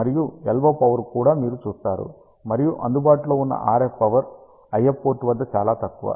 మరియు LO power కూడా మీరు చూస్తారు మరియు అందుబాటులో ఉన్న RF పవర్ IF పోర్ట్ వద్ద చాలా తక్కువ